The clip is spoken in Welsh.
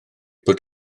bod